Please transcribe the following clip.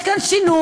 יש כאן שינוי.